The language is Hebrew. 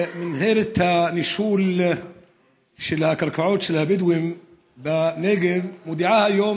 מנהלת הנישול של הקרקעות של הבדואים בנגב מודיעה היום